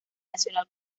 nacional